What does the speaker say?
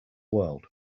world